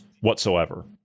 whatsoever